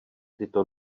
tyto